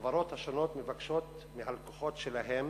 החברות השונות מבקשות מהלקוחות שלהן